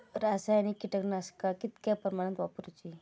रासायनिक कीटकनाशका कितक्या प्रमाणात वापरूची?